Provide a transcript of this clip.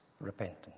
repentance